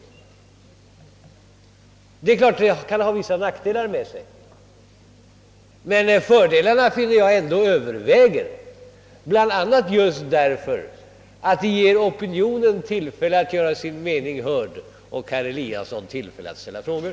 Ordningen kan naturligtvis ha vissa nackdelar, men fördelarna anser jag överväger, bland annat just därför att den ger opinionen tillfälle att göra sin mening hörd och herr Eliasson i Moholm tillfälle att ställa frågor.